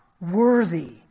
worthy